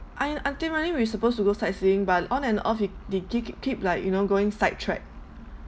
I ultimately we supposed to go sightseeing but on and off he did it keep like you know going sidetrack